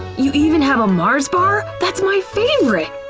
you even have ah mars bar? that's my favorite!